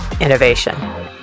innovation